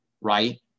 right